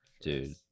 Dude